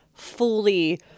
fully